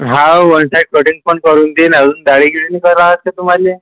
हो one side cutting पण करून देईल अजून दाढी गीढी नाही करायचे तुम्हाला